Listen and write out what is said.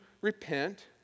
repent